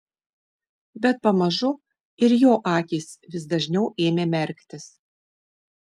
bet pamažu ir jo akys vis dažniau ėmė merktis